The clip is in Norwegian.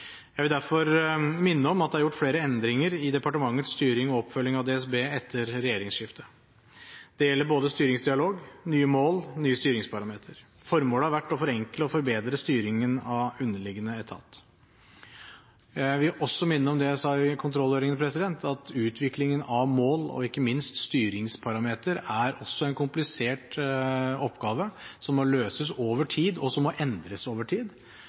Jeg vil derfor minne om at det er gjort flere endringer i departementets styring og oppfølging av DSB etter regjeringsskiftet. Det gjelder både styringsdialog, nye mål og nye styringsparametere. Formålet har vært å forenkle og forbedre styringen av underliggende etat. Jeg vil også minne om det jeg sa i kontrollhøringen, at utviklingen av mål og ikke minst styringsparametere også er en komplisert oppgave som må løses over tid, og som må endres over tid.